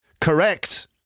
Correct